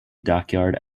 dockyard